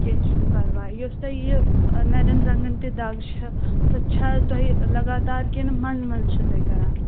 کیٚنٛہہ چھُ نہٕ پرواے یۅس تۄہہِ یہِ نَرٮ۪ن زَنٛگَن تہِ دَگ چھَ سُہ چھا تۄہہِ لَگاتار کِنہٕ مَنٛزٕ مَنٛزٕ چھِ تۄہہِ کَران